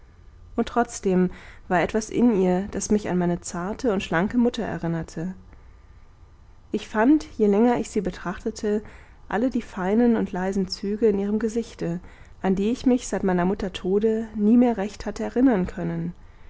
und trotzdem war etwas in ihr das mich an meine zarte und schlanke mutter erinnerte ich fand je länger ich sie betrachtete alle die feinen und leisen züge in ihrem gesichte an die ich mich seit meiner mutter tode nie mehr recht hatte erinnern können